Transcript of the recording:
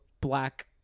black